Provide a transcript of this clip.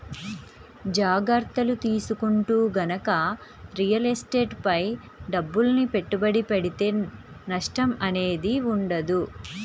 జాగర్తలు తీసుకుంటూ గనక రియల్ ఎస్టేట్ పై డబ్బుల్ని పెట్టుబడి పెడితే నష్టం అనేది ఉండదు